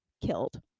killed